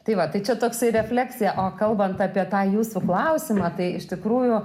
tai va tai čia toksai refleksija o kalbant apie tą jūsų klausimą tai iš tikrųjų